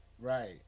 Right